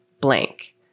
blank